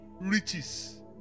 riches